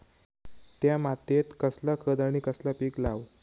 त्या मात्येत कसला खत आणि कसला पीक लाव?